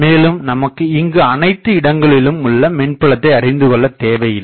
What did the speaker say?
மேலும் நமக்கு இங்கு அனைத்து இடங்களிலும் உள்ள மின்புலத்தை அறிந்து கொள்ளத் தேவையில்லை